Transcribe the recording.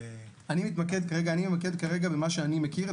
--- אני מתמקד כרגע במה שאני מכיר.